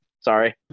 Sorry